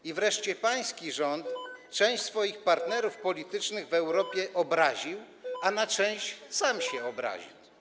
I wreszcie pański rząd część swoich partnerów politycznych w Europie obraził, a na część sam się obraził.